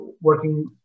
working